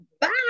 bye